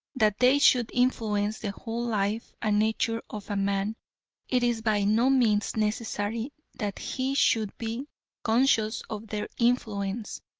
that they should influence the whole life and nature of a man it is by no means necessary that he should be conscious of their influence,